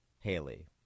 Haley